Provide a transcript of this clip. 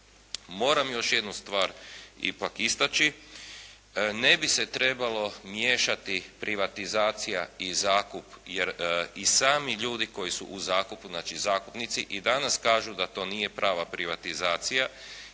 Moram još jednu stvar ipak istaći. Ne bi se trebalo miješati privatizacija i zakup jer i sami ljudi koji su u zakupu znači zakupnici i danas kažu da to nije prava privatizacija